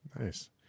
Nice